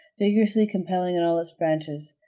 vigorously compelling in all its branches.